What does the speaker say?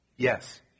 Yes